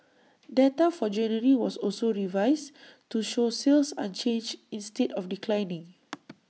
data for January was also revised to show sales unchanged instead of declining